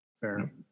Fair